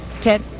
Ted